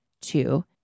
Two